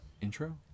intro